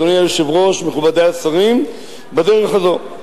אדוני היושב-ראש, מכובדי השרים, בדרך הזאת.